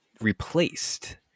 replaced